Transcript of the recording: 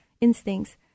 instincts